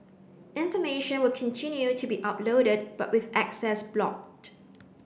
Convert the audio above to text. information will continue to be uploaded but with access blocked